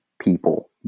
people